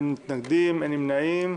אין נמנעים,